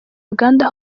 uganda